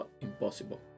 impossible